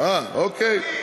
אוקיי.